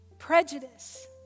Prejudice